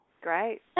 Great